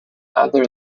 other